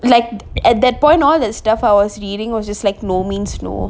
like at that point all that stuff I was reading was just like no means no